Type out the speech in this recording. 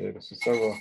ir su savo